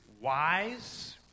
wise